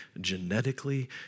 genetically